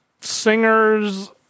singers